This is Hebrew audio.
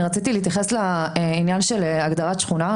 רוצה להתייחס לעניין של הגדרת שכונה.